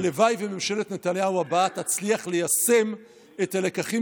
הלוואי וממשלת נתניהו הבאה תצליח ליישם את הלקחים